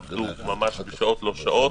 אנשים עבדו שעות על גבי שעות.